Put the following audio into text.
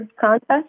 contest